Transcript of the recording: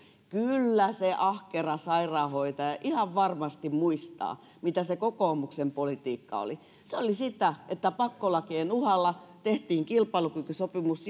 kyllä se ahkera sairaanhoitaja ihan varmasti muistaa mitä se kokoomuksen politiikka oli se oli sitä että pakkolakien uhalla tehtiin kilpailukykysopimus